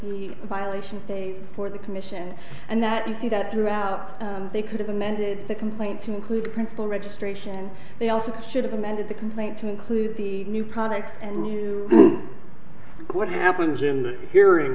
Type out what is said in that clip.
the violations day for the commission and that you see that throughout they could have amended the complaint to include principle registration they also should have amended the complaint to include the new product and knew what happens in the hearing